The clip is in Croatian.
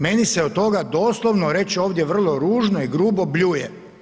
Meni se od toga doslovno, reći ću ovdje vrlo ružno i grubo bljuje.